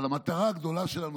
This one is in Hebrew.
אבל המטרה הגדולה שלנו,